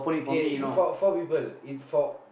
okay four four people each four